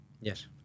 Yes